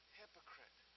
hypocrite